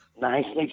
Nicely